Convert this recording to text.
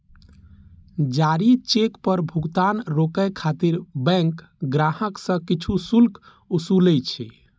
जारी चेक पर भुगतान रोकै खातिर बैंक ग्राहक सं किछु शुल्क ओसूलै छै